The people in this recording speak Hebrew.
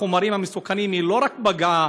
וזה ממש,